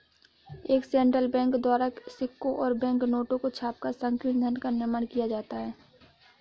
एक central bank द्वारा सिक्कों और बैंक नोटों को छापकर संकीर्ण धन का निर्माण किया जाता है